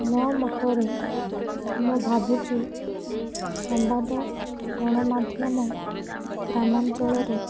ମୋ ମତରେ ମୁଁ ଭାବୁଛି ସମ୍ବାଦ ଗଣମାଧ୍ୟମ ଗ୍ରାମାଞ୍ଚଳରେ